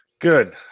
Good